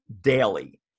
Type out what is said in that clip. daily